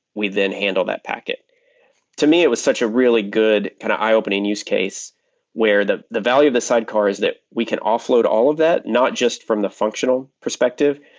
we then handle that packet to me, it was such a really good kind of eye-opening use case where the the value of the sidecar is that we can offload all of that, not just from the functional perspective,